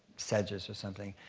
sedges or something.